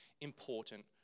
important